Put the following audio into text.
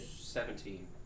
Seventeen